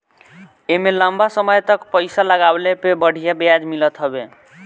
एमे लंबा समय तक पईसा लगवले पे बढ़िया ब्याज मिलत हवे